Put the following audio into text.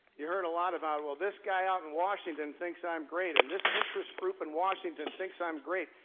you heard a lot about well this guy out in washington thinks i'm great and this interest group in washington thinks i'm great.